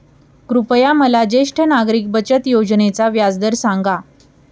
कृपया मला ज्येष्ठ नागरिक बचत योजनेचा व्याजदर सांगा